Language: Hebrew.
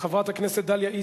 חברת הכנסת דליה איציק.